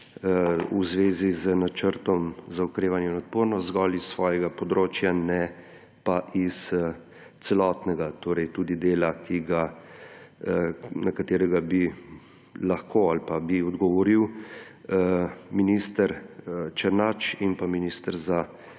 v zvezi z Načrtom za okrevanje in odpornost zgolj iz svojega področja ne pa iz celotnega, torej tudi dela, na katerega bi lahko ali pa bi odgovorila minister Černač in minister za